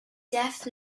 def